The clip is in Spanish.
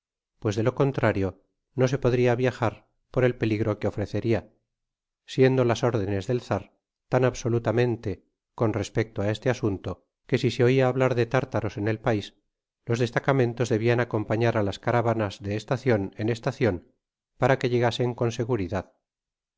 pues de lo contrario no se podria viajar por el peligro que ofreceria siendo las órdenes del czar tau absolutamente con respecto á este asunto que si se qia hablar de tártaros en el pais los destacamentos debian acompañar á las caravanas de estacion en estacion para que llegasen con seguridad